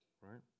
right